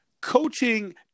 coaching